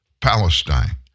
Palestine